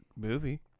movie